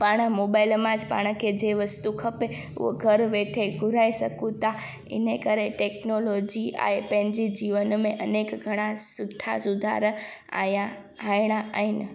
पाण मोबाइल मां अॼु पाण खे जे वस्तू खपे उहो घर वेठे घुराए सघूं था इन करे टैक्नोलॉजी आहे पंहिंजी जीवन में अनेक घणा सुठा सुधार आहियां आणिणा आहिनि